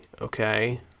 okay